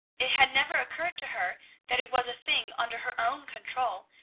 it had never occurred to her that it was a thing under her own control,